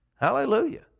Hallelujah